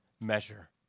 measure